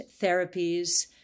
therapies